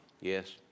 Yes